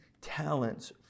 talents